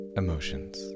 emotions